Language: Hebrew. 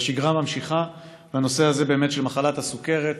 והשגרה ממשיכה, והנושא הזה של מחלת הסוכרת